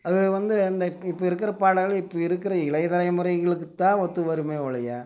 அது வந்து இந்த இக்கு இப்போ இருக்கிற பாடல் இப்போ இருக்கிற இளையத் தலைமுறைங்களுக்குத்தான் ஒத்து வருமே ஒழிய